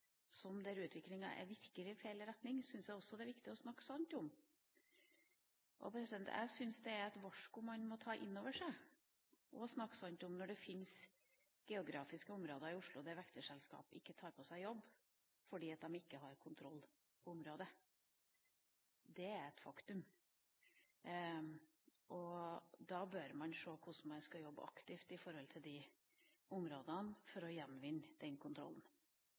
der utviklinga virkelig går i feil retning, syns jeg det også er viktig å snakke sant om. Jeg syns det er et varsku man må ta inn over seg og å snakke sant om når det fins geografiske områder i Oslo der vaktselskapene ikke tar på seg jobb fordi de ikke har kontroll på området. Det er et faktum. Da bør man se på hvordan man skal jobbe aktivt med de områdene for å gjenvinne den kontrollen.